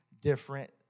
different